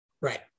Right